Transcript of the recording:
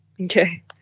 Okay